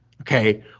okay